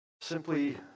simply